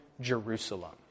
Jerusalem